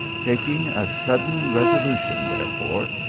taking a sudden resolution, therefore,